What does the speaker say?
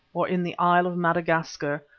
or in the isle of madagascar,